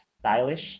stylish